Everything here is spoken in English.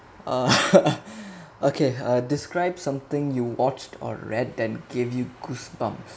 uh okay uh describe something you watched or read that give you goosebumps